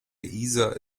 isar